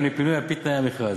לפינוי על-פי תנאי המכרז,